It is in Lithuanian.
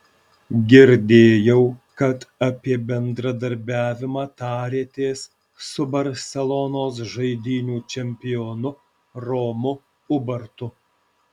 girdėjau kad apie bendradarbiavimą tarėtės su barselonos žaidynių čempionu romu ubartu